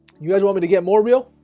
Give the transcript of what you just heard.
you guys want me to get more real.